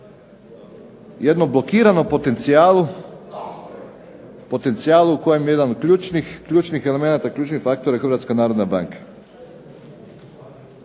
Hrvatska narodna banka.